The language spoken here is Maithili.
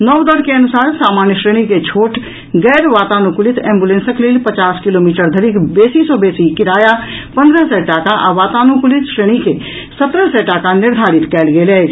नव दर के अनुसार सामान्य श्रेणी के छोट गैर वातानुकूलित एम्बुलेंसक लेल पचास किलोमीटर धरिक बेसी सॅ बेसी किराया पंद्रह सय टाका आ वातानुकूलित श्रेणी के सत्रह सय टाका निर्धारित कयल गेल अछि